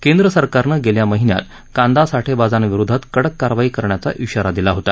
कैंद्र सरकारनं गेल्या महिन्यात कांदा साठेबाजांविरोधात कडक कारवाई करण्याचा इशारा दिला होता